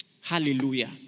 Hallelujah